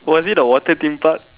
was it a water theme park